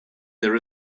there